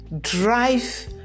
drive